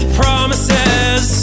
promises